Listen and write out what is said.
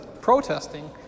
protesting